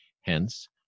Hence